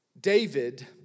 David